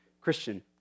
Christian